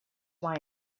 why